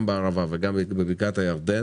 גם בערבה וגם בבקעת הירדן,